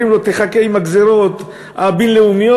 אומרים: תחכה עם הגזירות הבין-לאומיות.